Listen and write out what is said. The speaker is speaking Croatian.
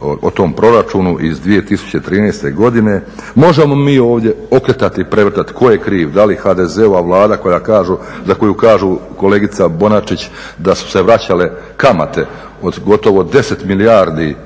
o tom proračunu iz 2013. godine. Možemo mi ovdje okretati i prevrtati tko je kriv, da li HDZ-ova vlada za koju kažu kolegica Bonačić da su se vraćale kamate od gotovo 10 milijardi